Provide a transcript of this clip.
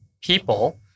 people